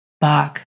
Bach